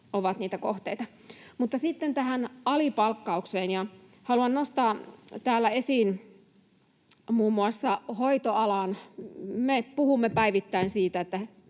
ovat niitä kohteita. Mutta sitten tähän alipalkkaukseen: Haluan nostaa täällä esiin muun muassa hoitoalan. Me puhumme päivittäin siitä,